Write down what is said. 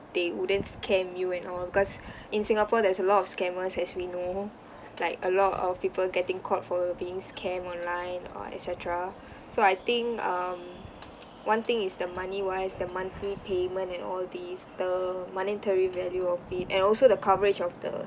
they wouldn't scam you and all because in singapore there's a lot of scammers as we know like a lot of people getting caught for being scam online or et cetera so I think um one thing is the money wise the monthly payment and all these the monetary value of it and also the coverage of the